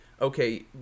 okay